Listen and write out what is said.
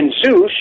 Zeus